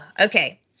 okay